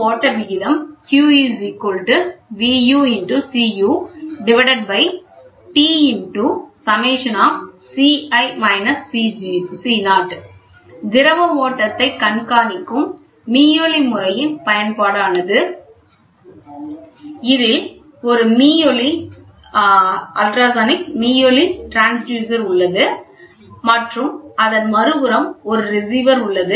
ஓட்ட விகிதம் Q V u × Cu T ×∑Ci−Co திரவ ஓட்டத்தை கண்காணிக்கும் மீயொலி முறையின் பயன்பாடானது இதில் ஒரு மீயொலி டிரான்ஸ்யூசர் உள்ளது மற்றும் அதன் மறு புறம் ஒரு ரிசீவர் உள்ளது